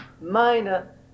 minor